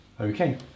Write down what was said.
Okay